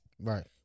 right